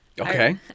okay